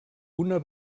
una